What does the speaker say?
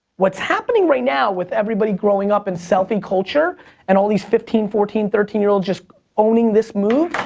what's happening right now with everybody growing up in selfie culture and all these fifteen, fourteen, thirteen year olds just owning this move.